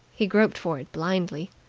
he groped for it blindly.